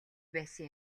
байсан